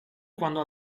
quando